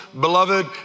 beloved